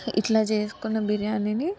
ఇట్లా చేస్కున్న బిర్యానీని